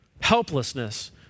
Helplessness